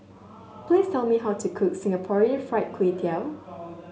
please tell me how to cook Singapore Fried Kway Tiao